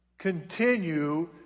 continue